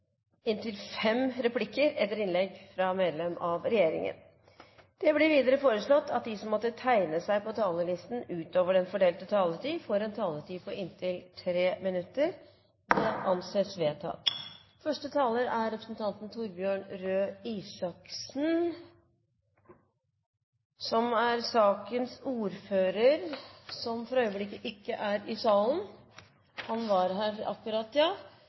inntil fem replikker med svar etter innlegg fra medlem av regjeringen innenfor den fordelte taletid. Videre blir det foreslått at de som måtte tegne seg på talerlisten utover den fordelte taletid, får en taletid på inntil 3 minutter. – Det anses vedtatt. Første taler er representanten Torbjørn Røe Isaksen, sakens ordfører, som for øyeblikket ikke er i salen – han var her akkurat.